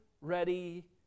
ready